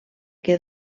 que